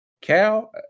Cal